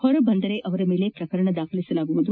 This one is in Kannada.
ಹೊರಬಂದಲ್ಲಿ ಅವರ ಮೇಲೆ ಪ್ರಕರಣ ದಾಖಲಿಸಲಾಗುವುದು